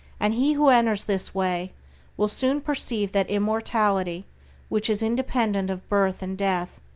and he who enters this way will soon perceive that immortality which is independent of birth and death,